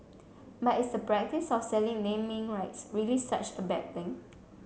but is the practice of selling naming rights really such a bad thing